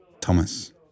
Thomas